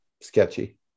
sketchy